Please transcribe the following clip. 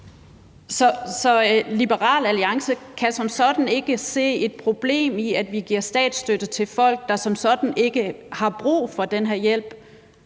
Så Liberal Alliance kan ikke se et problem i, at vi giver statsstøtte til folk, der som sådan ikke har brug for den her hjælp?